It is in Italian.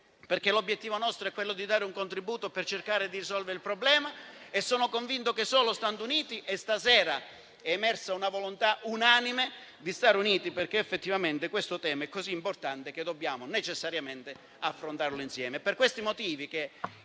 perché l'obiettivo nostro è quello di dare un contributo per cercare di risolvere il problema e sono convinto che solo stando uniti lo si possa fare. Stasera è emersa una volontà unanime di stare uniti, perché effettivamente questo tema è così importante che dobbiamo necessariamente affrontarlo insieme.